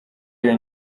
iyo